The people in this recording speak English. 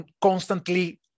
constantly